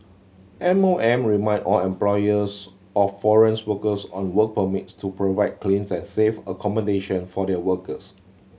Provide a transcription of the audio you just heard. M O M reminded all employers of foreign workers on work permits to provide clean and safe accommodation for their workers